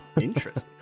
Interesting